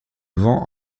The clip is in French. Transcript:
vent